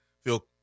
feel